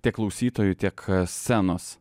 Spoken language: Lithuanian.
tiek klausytojų tiek scenos